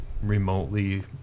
Remotely